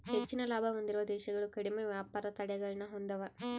ಹೆಚ್ಚಿನ ಲಾಭ ಹೊಂದಿರುವ ದೇಶಗಳು ಕಡಿಮೆ ವ್ಯಾಪಾರ ತಡೆಗಳನ್ನ ಹೊಂದೆವ